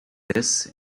this